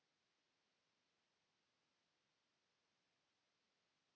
Kiitos.